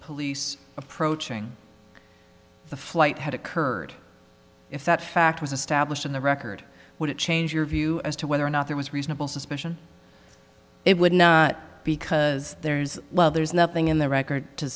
police approaching the flight had occurred if that fact was established in the record would it change your view as to whether or not there was reasonable suspicion it wouldn't because there's well there's nothing in the record to